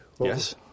Yes